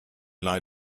lie